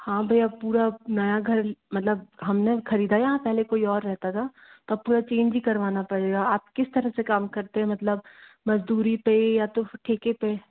हाँ भैया पूरा नया घर मतलब हमने खरीदा पहले यहाँ कोई और रहता था अब पूरा चेंज ही करवाना पड़ेगा आप किस तरह से काम करते है मतलब मजदूरी पे या तो ठेके पे